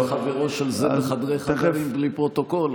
חברו של זה בחדרי-חדרים בלי פרוטוקול.